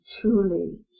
truly